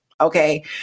Okay